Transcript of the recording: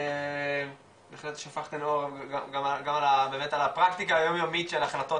בהחלט שפכתן אור גם באמת על הפרקטיקה היומיומית של החלטות